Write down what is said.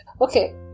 Okay